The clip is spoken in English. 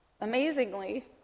Amazingly